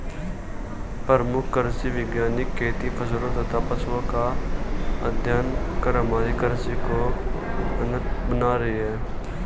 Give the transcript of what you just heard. प्रमुख कृषि वैज्ञानिक खेती फसलों तथा पशुओं का अध्ययन कर हमारी कृषि को उन्नत बना रहे हैं